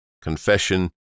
Confession